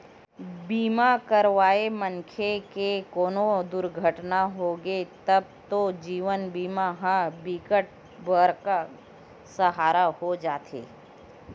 बीमा करवाए मनखे के कोनो दुरघटना होगे तब तो जीवन बीमा ह बिकट बड़का सहारा हो जाते